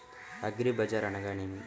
అగ్రిబజార్ అనగా నేమి?